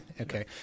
okay